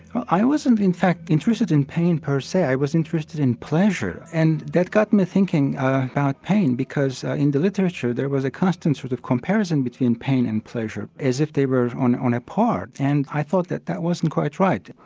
i wasn't in fact interested in pain per se, i was interested in pleasure and that got me thinking about pain because in the literature there was a constant sort of comparison between pain and pleasure as if they were on on a par. and i thought that that wasn't quite right.